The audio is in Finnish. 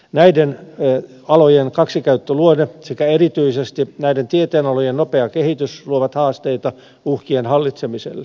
näiden alojen kaksikäyttöluonne sekä erityisesti näiden tieteenalojen nopea kehitys luovat haasteita uhkien hallitsemiselle